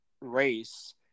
race